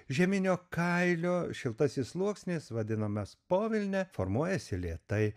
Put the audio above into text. žieminio kailio šiltasis sluoksnis vadinamas povilne formuojasi lėtai